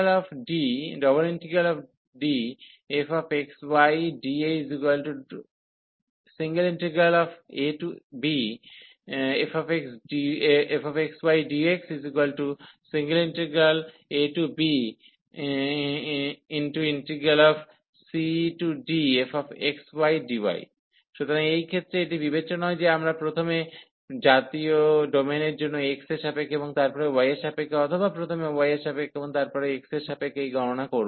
∬DfxydAabfxydxabcdfxydy সুতরাং এই ক্ষেত্রে এটি বিবেচ্য নয় যে আমরা প্রথমে জাতীয় ডোমেনের জন্য x এর সাপেক্ষে এবং তারপরে y এর সাপেক্ষে অথবা প্রথমে y এর সাপেক্ষে এবং তারপরে x এর সাপেক্ষে এই গণনা করব